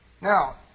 Now